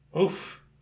Oof